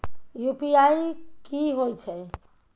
UPI की होय छै?